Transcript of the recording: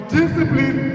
discipline